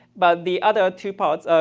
but the other two parts,